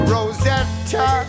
Rosetta